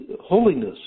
Holiness